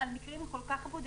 על מקרים כל כך בודדים?